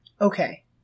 Okay